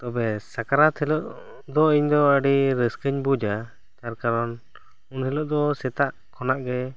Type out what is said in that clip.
ᱛᱚᱵᱮ ᱥᱟᱠᱨᱟᱛ ᱦᱤᱞᱚᱜ ᱫᱚ ᱤᱧ ᱫᱚ ᱟᱹᱰᱤ ᱨᱟᱹᱥᱠᱟᱹᱧ ᱵᱩᱡᱟ ᱛᱟᱨ ᱠᱟᱨᱚᱱ ᱩᱱ ᱦᱤᱞᱚᱜ ᱫᱚ ᱥᱮᱛᱟᱜ ᱠᱷᱚᱱᱟᱜ ᱜᱮ